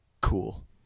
Cool